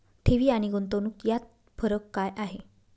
ठेवी आणि गुंतवणूक यात फरक काय आहे?